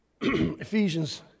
Ephesians